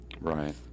Right